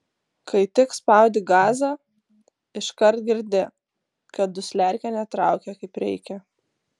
kai tik spaudi gazą iškart girdi kad dusliarkė netraukia kaip reikia